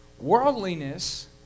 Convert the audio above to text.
worldliness